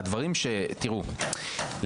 תראו,